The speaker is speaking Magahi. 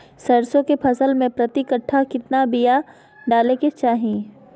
सरसों के फसल में प्रति कट्ठा कितना बिया डाले के चाही?